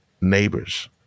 neighbors